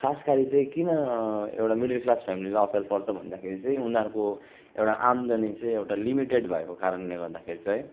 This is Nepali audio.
खास गरी चाहिँ किन एउटा मिडल क्लास फ्यामिलीलाई असर पर्छ भन्दाखेरि चाहिँ उनीहरूको एउटा आम्दानी चाहिँ एउटा लिमिटेड भएको कारणले गर्दाखेरि चाहिँ